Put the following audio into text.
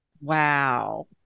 Wow